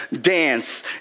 dance